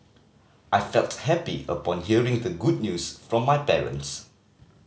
I felt happy upon hearing the good news from my parents